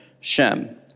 Shem